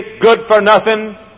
good-for-nothing